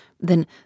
Then